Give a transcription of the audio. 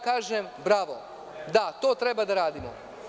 Kažem bravo i to treba da radimo.